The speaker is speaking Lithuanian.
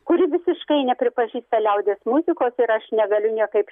kuri visiškai nepripažįsta liaudies muzikos ir aš negaliu niekaip